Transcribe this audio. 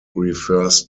refers